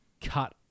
cut